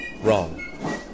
wrong